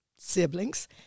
siblings